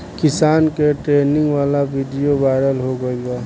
किसान के ट्रेनिंग वाला विडीओ वायरल हो गईल बा